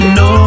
no